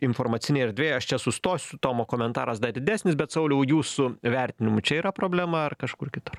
informacinėj erdvėj aš čia sustosiu tomo komentaras dar didesnis bet sauliau jūsų vertinimu čia yra problema ar kažkur kitur